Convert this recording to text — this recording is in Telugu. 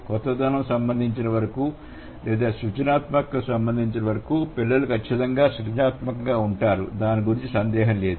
కొత్తదనం సంబంధించినంత వరకు లేదా సృజనాత్మకతకు సంబంధించినవరకు పిల్లలు ఖచ్చితంగా సృజనాత్మకంగా ఉంటారు దాని గురించి సందేహం లేదు